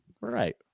Right